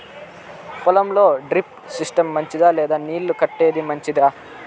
పొలం లో drip system మంచిదా లేదా నీళ్లు కట్టేది మంచిదా?